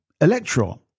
electron